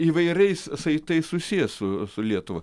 įvairiais saitais susiję su su lietuva